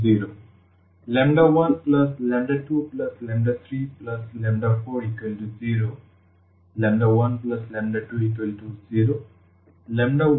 সুতরাং আমরা 1v12v23v34v40